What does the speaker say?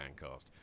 fancast